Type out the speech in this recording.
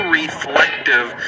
reflective